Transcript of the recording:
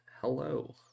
hello